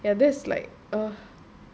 ya that's like ugh